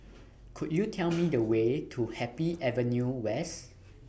Could YOU Tell Me The Way to Happy Avenue West